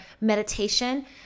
meditation